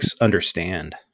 understand